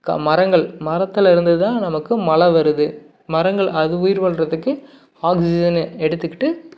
கா மரங்கள் மரத்தில் இருந்து தான் நமக்கு மழை வருது மரங்கள் அது உயிர் வாழ்கிறதுக்கு ஆக்சிஜனை எடுத்துக்கிட்டு